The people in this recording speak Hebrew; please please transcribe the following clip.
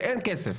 שאין כסף.